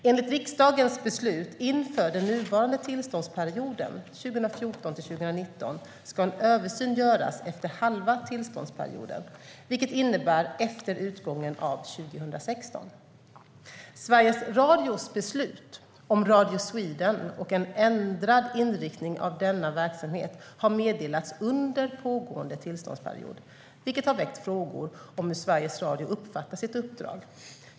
Enligt riksdagens beslut inför den nuvarande tillståndsperioden 2014-2019 ska en översyn göras efter halva tillståndsperioden, vilket innebär efter utgången av 2016. Sveriges Radios beslut om Radio Sweden och en ändrad inriktning av denna verksamhet har meddelats under pågående tillståndsperiod, vilket har väckt frågor om hur Sveriges Radio uppfattar sitt uppdrag.